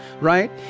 right